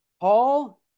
Paul